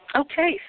Okay